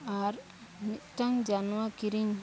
ᱟᱨ ᱢᱤᱫᱴᱟᱝ ᱡᱟᱱᱣᱟ ᱠᱤᱨᱤᱧ